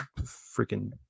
freaking